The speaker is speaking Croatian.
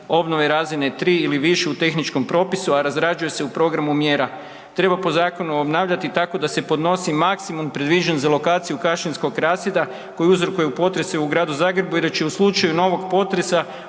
obnove i razine 3 ili više u tehničkom propisu a razrađuje se u programu mjera. Treba po zakonu obnavljati tako da se podnosi maksimum previđen za lokaciju kašinskog rasjeda koji uzrokuje potrese u gradu Zagrebu i da će u slučaju novog potresa,